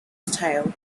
style